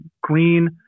green